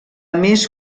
més